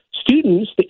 students